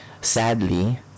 sadly